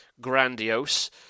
grandiose